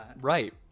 Right